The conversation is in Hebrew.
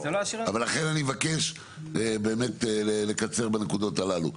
אז לכן אני מבקש באמת לקצר בנקודות הללו,